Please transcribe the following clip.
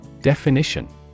Definition